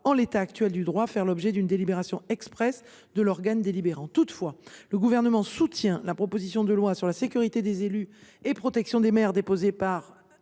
en l’état actuel du droit, faire l’objet d’une délibération expresse de l’organe délibérant. Toutefois, le Gouvernement soutient la proposition de loi renforçant la sécurité des élus locaux et la protection des maires, déposée par M.